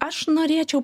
aš norėčiau